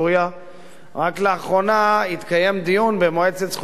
רק באחרונה התקיים דיון במועצת זכויות האדם של האו"ם,